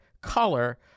color